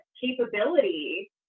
capability